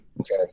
Okay